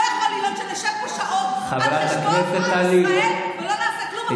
לא יכול להיות שנשב פה שעות על חשבון עם ישראל ולא נעשה כלום,